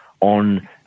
on